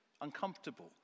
uncomfortable